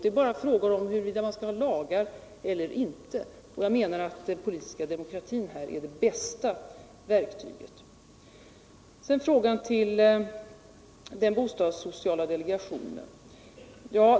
Det är bara fråga om huruvida man skall ha lagar eller inte. Jag menar att den politiska demokratin är det bästa verktyget. Sedan vill jag gå över till frågan om bostadssociala delegationen.